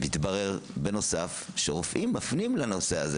מתברר שבנוסף לרופאים שמפנים לנושא הזה